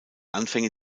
anfänge